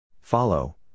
Follow